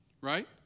right